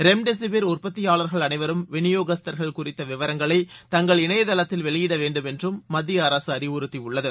remdesivir உற்பத்தியாளர்கள் அனைவரும் விநியோகஸ்தர்கள் குறித்த விவரங்களை தங்கள் இணையதளத்தில் வெளியிட வேண்டும் என்றும் மத்திய அரசு அறிவுறுத்தியுள்ளது